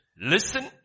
Listen